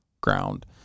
ground